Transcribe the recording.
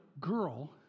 girl